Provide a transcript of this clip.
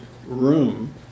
room